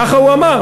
כך הוא אמר,